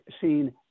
seen